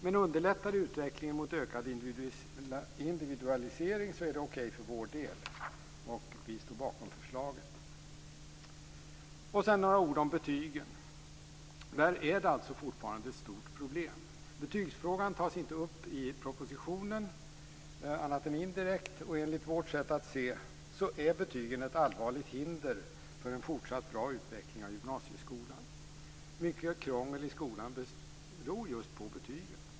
Men underlättar det utvecklingen mot ökad individualisering så är det okej för vår del, och vi står bakom förslaget. Jag vill därefter säga några ord om betygen. Där är det fortfarande ett stort problem. Betygsfrågan tas inte upp i propositionen annat än indirekt. Och enligt vårt sätt att se är betygen ett allvarligt hinder för en fortsatt bra utveckling av gymnasieskolan. Mycket krångel i skolan beror just på betygen.